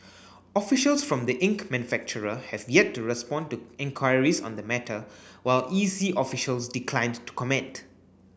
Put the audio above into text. officials from the ink manufacturer have yet to respond to enquiries on the matter while E C officials declined to comment